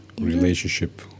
relationship